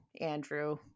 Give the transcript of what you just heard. Andrew